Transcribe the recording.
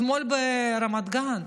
אתמול ברמת גן.